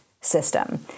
system